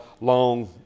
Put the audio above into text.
long